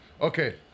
Okay